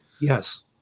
Yes